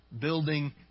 building